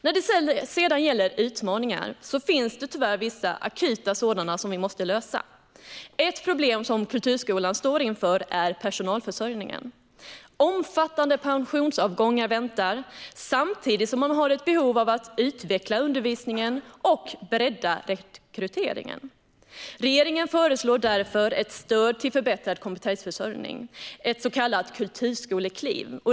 När det sedan gäller utmaningar finns det tyvärr vissa akuta sådana som vi måste lösa. Ett problem som kulturskolan står inför är personalförsörjningen. Omfattande pensionsavgångar väntar, samtidigt som man har behov av att utveckla undervisningen och bredda rekryteringen. Regeringen föreslår därför ett stöd till förbättrad kompetensförsörjning, ett så kallat kulturskolekliv.